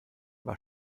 war